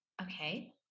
Okay